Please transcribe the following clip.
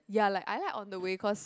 ya like I like on the way cause